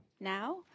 now